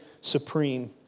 supreme